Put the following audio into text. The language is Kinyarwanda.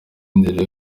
inzira